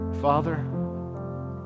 Father